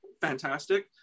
fantastic